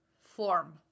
form